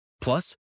Plus